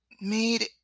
Made